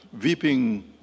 Weeping